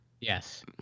Yes